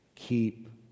Keep